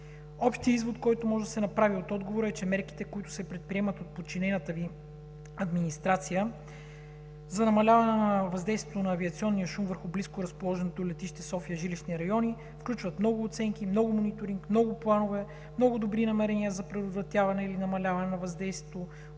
Общият извод, който може да се направи от отговора, е, че мерките, които се предприемат от подчинената Ви администрация за намаляване на въздействието на авиационния шум върху близко разположените до летище София жилищни райони включват много оценки, много мониторинг, много планове, много добри намерения за предотвратяване или намаляване на въздействието